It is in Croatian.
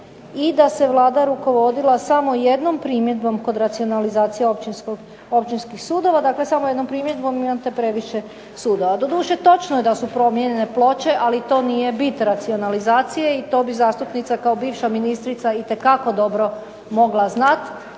i da Vlada rukovodila samo jednom primjedbom kroz racionalizacije općinskih sudova, dakle samo jednom primjedbom imate previše sudova. Doduše točno je da su promijenjene ploče, ali to nije bit racionalizacije i to bi zastupnica kao bivša ministrica itekako dobro mogla znati